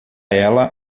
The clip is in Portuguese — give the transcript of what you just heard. ela